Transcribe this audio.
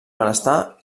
benestar